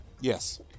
Yes